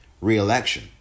re-election